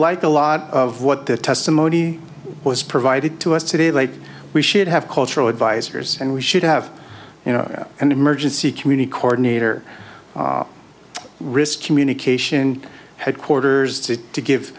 like a lot of what the testimony was provided to us today late we should have cultural advisers and we should have you know an emergency community court need or risk communication headquarters to to give